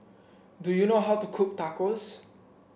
do you know how to cook Tacos